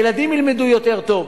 הילדים ילמדו יותר טוב.